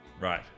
right